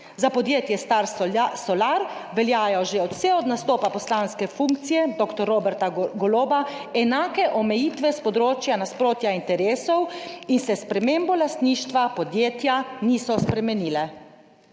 Za podjetje Star Solar veljajo že vse od nastopa poslanske funkcije dr. Roberta Goloba enake omejitve s področja nasprotja interesov in se s spremembo lastništva podjetja niso spremenile.